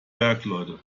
bergleute